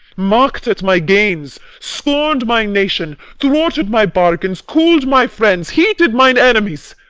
mock'd at my gains, scorned my nation, thwarted my bargains, cooled my friends, heated mine enemies.